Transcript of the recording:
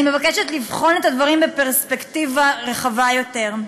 אני מבקשת לבחון את הדברים בפרספקטיבה רחבה יותר.